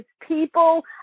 people